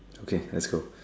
okay let's go